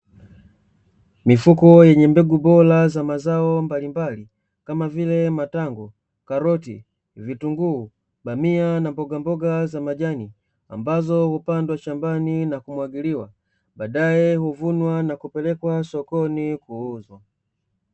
Mifuko yenye mbegu bora za mazao mbalimbali kama vile; matango, karoti, vitunguu, bamia na mbogamboga za majani ambazo hupandwa shambani na kumwagiliwa baadaye huvunwa na kupelekwa sokoni kuuzwa.